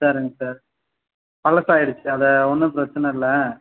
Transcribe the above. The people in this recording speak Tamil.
சரிங்க சார் பழசாயிடுச்சி அது ஒன்றும் பிரச்சனை இல்லை